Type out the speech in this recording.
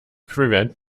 prevent